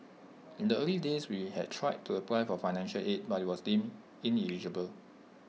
in the early days we had tried to apply for financial aid but was deemed ineligible